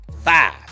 Five